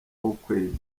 w’ukwezi